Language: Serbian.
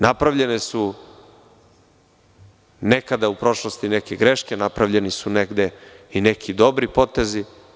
Napravljene su nekad u prošlosti neke greške, napravljeni su negde i neki dobri potezi.